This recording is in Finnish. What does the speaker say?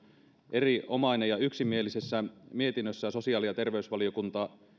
erinomainen ja yksimielisessä mietinnössään sosiaali ja terveysvaliokunta